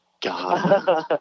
God